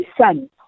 son